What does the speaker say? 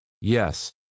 Yes